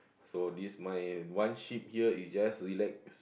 so this my one sheep here is just relax~